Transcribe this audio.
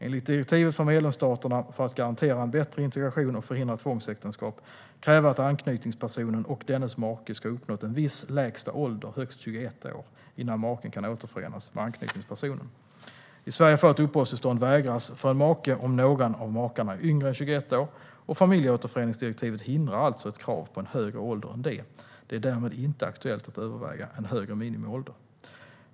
Enligt direktivet får medlemsstaterna, för att garantera en bättre integration och förhindra tvångsäktenskap, kräva att anknytningspersonen och dennes make ska ha uppnått en viss lägsta ålder, högst 21 år, innan maken kan återförenas med anknytningspersonen. I Sverige får ett uppehållstillstånd vägras för en make om någon av makarna är yngre än 21 år, och familjeåterföreningsdirektivet hindrar alltså ett krav på en högre ålder än det. Det är därmed inte aktuellt att överväga en högre minimiålder.